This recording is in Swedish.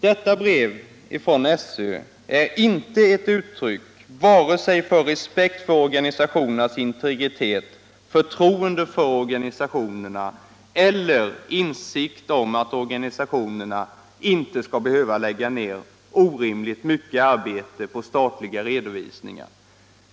Detta brev från SÖ är inte ett uttryck för vare sig respekt för organisationernas integritet, förtroende för organisationerna eller insikt om att organisationerna inte skall behöva lägga ned orimligt mycket arbete på statliga redovisningar.